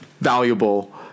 valuable